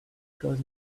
because